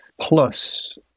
Plus